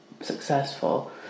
successful